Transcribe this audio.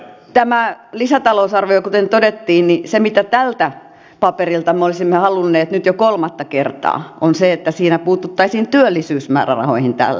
tässä lisätalousarviossa kuten todettiin se mitä tältä paperilta me olisimme halunneet nyt jo kolmatta kertaa on se että siinä puututtaisiin työllisyysmäärärahoihin tässä ja nyt